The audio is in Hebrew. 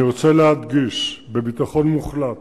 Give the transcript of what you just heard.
אני רוצה להדגיש בביטחון מוחלט